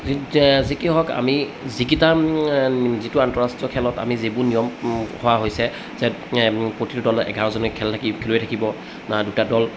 যিকি নহওক আমি যিকেইটা যিটো আন্তঃৰাষ্ট্ৰীয় খেলত আমি যিবোৰ নিয়ম খোৱা হৈছে যে প্ৰতিটো দল এঘাৰজনে খেল থাকিব খেলুৱৈ থাকিব দুটা দল